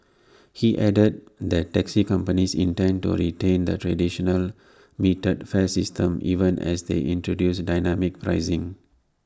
he added that taxi companies intend to retain the traditional metered fare system even as they introduce dynamic pricing